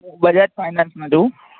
બજાજ ફાઈનાન્સમાં છું